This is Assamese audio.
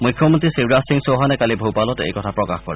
মুখ্যমন্ত্ৰী শিৱৰাজ সিং চৌহানে কালি ভুপালত এই কথা প্ৰকাশ কৰে